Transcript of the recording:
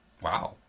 Wow